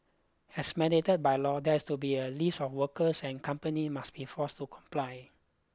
as mandated by law there has to be a list of workers and companies must be forced to comply